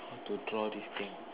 how to draw this thing